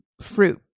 fruit